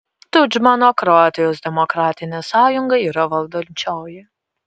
tudžmano kroatijos demokratinė sąjunga yra valdančioji